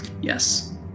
Yes